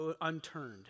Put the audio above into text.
unturned